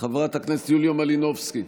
חברת הכנסת יוליה מלינובסקי,